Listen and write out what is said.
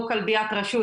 או כלביית רשות,